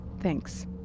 Thanks